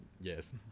yes